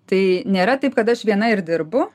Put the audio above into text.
tai nėra taip kad aš viena ir dirbu